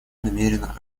намерена